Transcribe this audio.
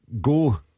Go